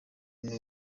nuko